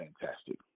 fantastic